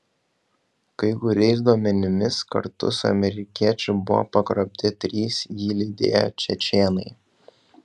kai kuriais duomenimis kartu su amerikiečiu buvo pagrobti trys jį lydėję čečėnai